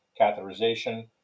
catheterization